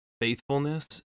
faithfulness